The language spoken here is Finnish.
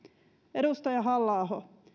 edustaja halla aho